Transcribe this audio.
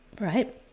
right